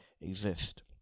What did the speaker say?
exist